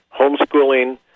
homeschooling